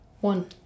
One